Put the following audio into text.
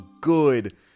good